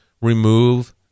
remove